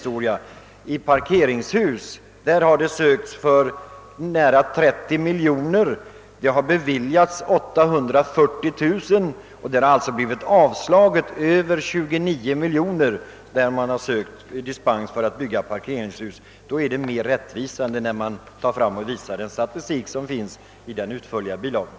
Beträffande parkeringshus har det sökts dispens till ett sammanlagt belopp av nära 30 miljoner kronor, medan det har beviljats dispens för 840 000 kronor. Avslaget rör sig alltså om mer än 29 miljoner kronor. Det är mer rättvist att ta fram och visa den statistik som finns i den utförliga bilagan.